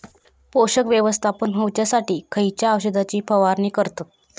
पोषक व्यवस्थापन होऊच्यासाठी खयच्या औषधाची फवारणी करतत?